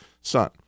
son